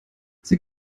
sie